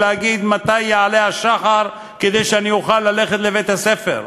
להגיד: מתי יעלה השחר כדי שאני אוכל ללכת לבית-הספר,